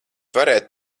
varētu